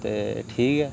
ते ठीक ऐ